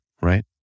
right